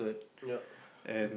yup